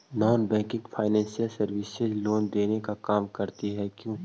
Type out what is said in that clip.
Non banking financial services loan देने का काम करती है क्यू?